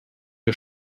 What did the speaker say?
der